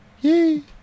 Yee